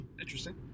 Interesting